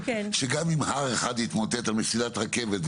שגם אם הר אחד יתמוטט על מסילת רכבת,